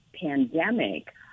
pandemic